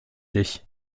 dich